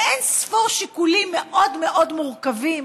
ואין-ספור שיקולים מאוד מאוד מורכבים,